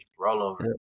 rollover